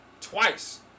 twice